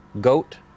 goat